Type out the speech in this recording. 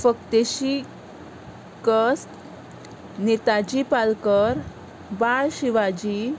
फक्तेशी कस नेताजी पालकर बाळ शिवाजी